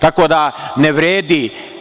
Tako da, ne vredi.